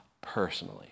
personally